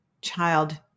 child